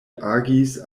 agis